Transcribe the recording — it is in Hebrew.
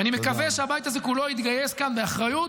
ואני מקווה שהבית הזה כולו יתגייס כאן באחריות